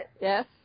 Yes